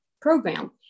program